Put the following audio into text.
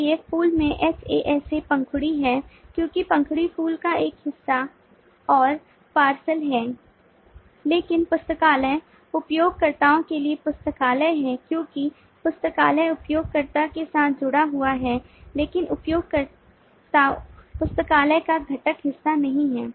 इसलिए फूल में HAS A पंखुड़ी है क्योंकि पंखुड़ी फूल का एक हिस्सा और पार्सल है लेकिन पुस्तकालय उपयोगकर्ताओं के लिए पुस्तकालय है क्योंकि पुस्तकालय उपयोगकर्ताओं के साथ जुड़ा हुआ है लेकिन उपयोगकर्ता पुस्तकालय का घटक हिस्सा नहीं हैं